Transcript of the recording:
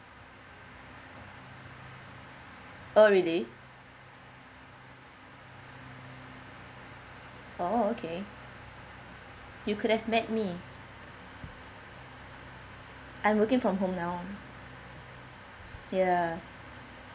oh really oh okay you could have met me I'm working from home now ya